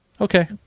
Okay